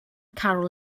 carol